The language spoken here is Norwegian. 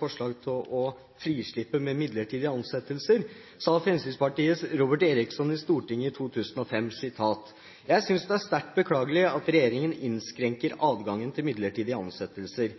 forslag til frislipp av midlertidige ansettelser, sa Fremskrittspartiets Robert Eriksson i Stortinget i 2005: «Jeg synes det er sterkt beklagelig at Regjeringen innskrenker adgangen til midlertidige ansettelser.